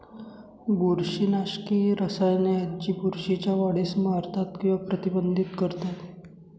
बुरशीनाशके ही रसायने आहेत जी बुरशीच्या वाढीस मारतात किंवा प्रतिबंधित करतात